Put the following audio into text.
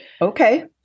Okay